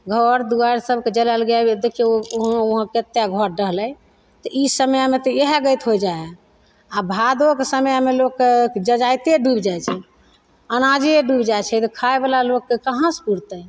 घर दुवारि सबके जलि गेल देखियौ उहाँ उहाँ कते घर डहलय तऽ ई समयमे तऽ इएह गति होइ जाइ हइ आओर भादोके समयमे लोगके जजाइते डूबि जाइ छै अनाजे डूबि जाइ छै तऽ खाइवला लोकके कहाँसँ पुरतय